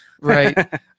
Right